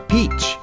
Peach